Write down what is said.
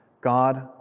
God